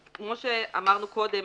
כמו שאמרנו קודם,